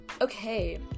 Okay